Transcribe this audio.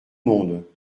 monde